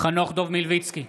חנוך דב מלביצקי,